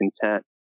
content